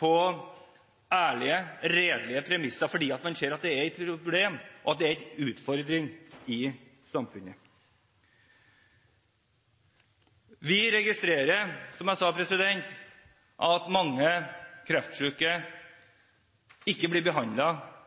på ærlige og redelige premisser, fordi man ser at det er et problem, og at det er en utfordring i samfunnet. Vi registrerer, som jeg sa, at mange kreftsyke ikke blir